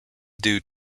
due